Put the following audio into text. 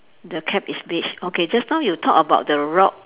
the cap is beige okay just now you talk about the rock